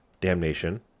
damnation